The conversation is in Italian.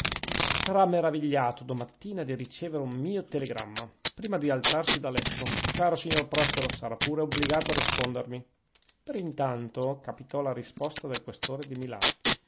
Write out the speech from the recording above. sarà maravigliato domattina di ricevere un mio telegramma prima di alzarsi da letto caro signor prospero sarà pure obbligato a rispondermi per intanto capitò la risposta del questore di milano